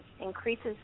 increases